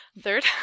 third